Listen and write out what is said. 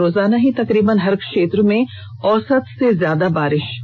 रोजाना ही तकरीबन हर क्षेत्र में औसत से ज्यादा बारिश हो रही है